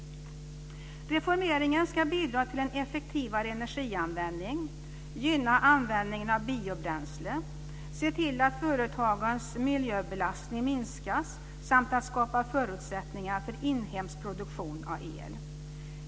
Reformeringen ska bidra till en effektivare energianvändning, gynna användningen av biobränslen, se till att företagens miljöbelastning minskas samt skapa förutsättningar för inhemsk produktion av el.